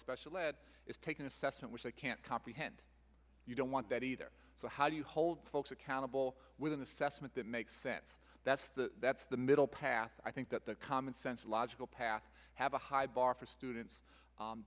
special ed is take an assessment which i can't comprehend you don't want that either so how do you hold folks accountable with an assessment that makes sense that's the that's the middle path i think that the common sense logical path have a high bar for students